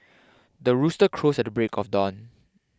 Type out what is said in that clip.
the rooster crows at the break of dawn